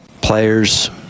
players